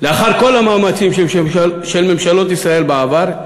לאחר כל המאמצים של ממשלות ישראל בעבר,